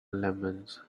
lemons